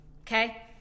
Okay